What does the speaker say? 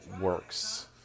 works